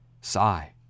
Sigh